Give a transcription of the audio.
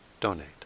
donate